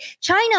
China